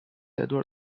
edward